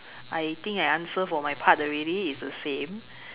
I think I answered for my part already it's the same